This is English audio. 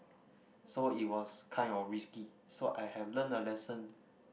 so it was kind of risky so i have learned a lesson